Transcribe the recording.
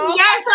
yes